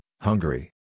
Hungary